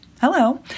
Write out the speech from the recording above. Hello